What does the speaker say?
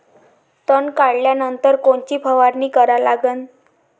तन काढल्यानंतर कोनची फवारणी करा लागन?